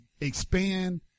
expand